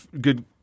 good